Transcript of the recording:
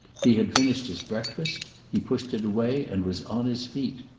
he had finished his breakfast he pushed it away and was on his feet.